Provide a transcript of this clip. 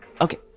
okay